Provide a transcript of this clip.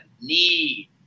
need